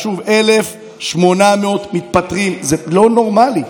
שוב, 1,800 מתפטרים זה לא נורמלי.